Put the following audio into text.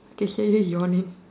they say need your name